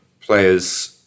players